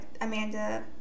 amanda